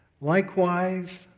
Likewise